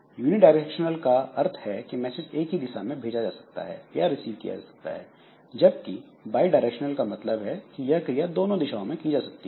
unidirectional का अर्थ है कि मैसेज एक ही दिशा में भेजा जा सकता है या रिसीव किया जा सकता है जबकि बाई डायरेक्शनल का मतलब है कि यह क्रिया दोनों दिशाओं में जा सकती है